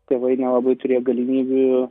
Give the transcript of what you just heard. tėvai nelabai turėjo galimybių